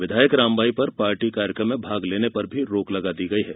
विधायक रामबाई पर पार्टी कार्यक्रम में भाग लेने पर भी रोक लगा दी गई है